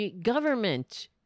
Government